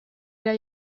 der